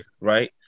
Right